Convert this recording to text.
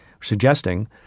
suggesting